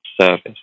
service